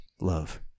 love